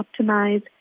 optimize